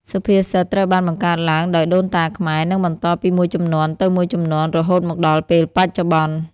សុភាសិតត្រូវបានបង្កើតឡើងដោយដូនតាខ្មែរ និងបន្តពីមួយជំនាន់ទៅមួយជំនាន់រហូតមកដល់ពេលបច្ចុប្បន្ន។